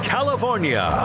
California